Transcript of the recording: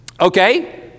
Okay